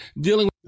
dealing